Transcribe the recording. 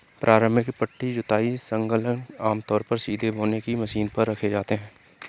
प्रारंभिक पट्टी जुताई संलग्नक आमतौर पर सीधे बोने की मशीन पर रखे जाते थे